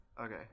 okay